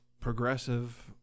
progressive